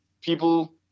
people